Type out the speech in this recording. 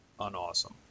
unawesome